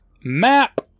Map